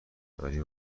داری